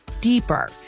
deeper